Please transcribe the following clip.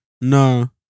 No